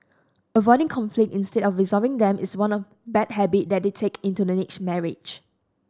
avoiding conflicts instead of resolving them is one of bad habit that they take into the next marriage